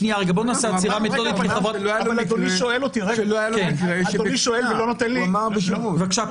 אדוני שואל ולא נותן לי --- בבקשה.